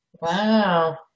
Wow